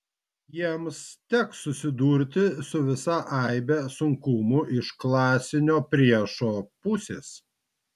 jiems teks susidurti su visa aibe sunkumų iš klasinio priešo pusės